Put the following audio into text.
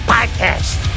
Podcast